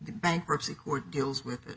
bankruptcy court deals with